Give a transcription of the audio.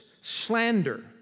slander